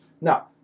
Now